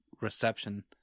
reception